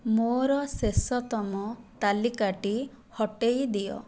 ମୋର ଶେଷତମ ତାଲିକାଟି ହଟାଇ ଦିଅ